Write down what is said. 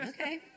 Okay